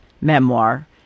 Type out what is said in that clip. Memoir